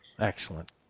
Excellent